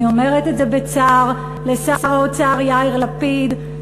אני אומרת את זה בצער לשר האוצר יאיר לפיד,